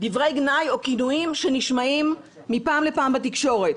דברי גנאי או כינויים שנשמעים מפעם לפעם בתקשורת.